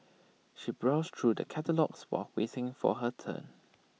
she browsed through the catalogues while waiting for her turn